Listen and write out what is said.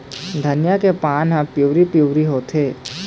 धनिया के पान हर पिवरी पीवरी होवथे?